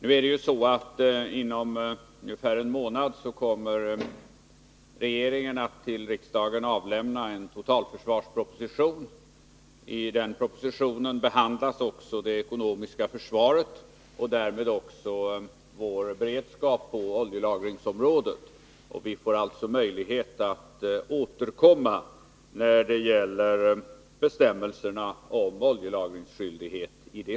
Om ungefär en månad kommer regeringen att till riksdagen avlämna en totalförsvarsproposition. I den propositionen behandlas också det ekonomiska försvaret och därmed även vår beredskap på oljelagringsområdet. Vi får alltså möjlighet att återkomma i det sammanhanget beträffande bestämmelserna om oljelagringsskyldighet.